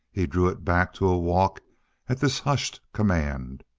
he drew it back to a walk at this hushed command.